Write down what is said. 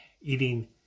eating